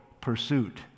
pursuit